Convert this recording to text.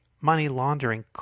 money-laundering